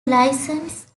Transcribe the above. licence